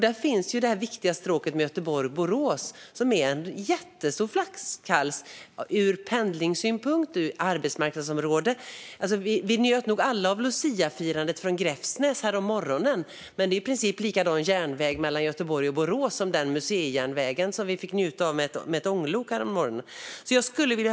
Där finns ju det viktiga arbetsmarknadsområdet och stråket med Göteborg-Borås som är en jättestor flaskhals ur pendlingssynpunkt. Vi njöt nog alla av luciafirandet från Gräfsnäs härommorgonen, men järnvägen mellan Göteborg och Borås är i princip likadan som den museijärnväg med ett ånglok som vi fick se då.